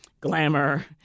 Glamour